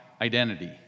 identity